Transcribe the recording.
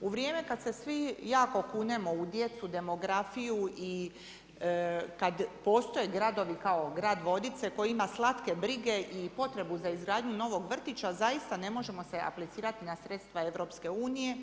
U vrijeme kada se svi jako kunemo u djecu, demografiju i kada postoje gradovi kao grad Vodice koji ima slatke brige i potrebu za izgradnju novog vrtića, zaista ne možemo se aplicirati na sredstva EU.